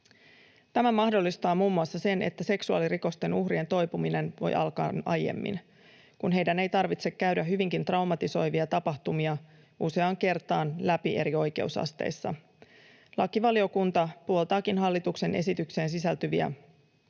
Tämä mahdollistaa muun muassa sen, että seksuaalirikosten uhrien toipuminen voi alkaa aiemmin, kun heidän ei tarvitse käydä hyvinkin traumatisoivia tapahtumia useaan kertaan läpi eri oikeusasteissa. Lakivaliokunta puoltaakin hallituksen esitykseen sisältyvien